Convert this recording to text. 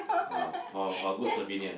uh for for good souvenir